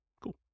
Cool